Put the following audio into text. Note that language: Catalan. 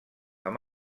amb